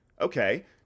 Okay